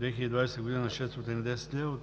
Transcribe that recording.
2020 г. на 610 лв.,